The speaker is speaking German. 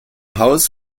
haus